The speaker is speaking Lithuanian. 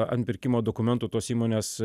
ant pirkimo dokumentų tos įmonės